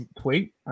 tweet